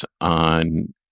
on